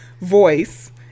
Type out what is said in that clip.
voice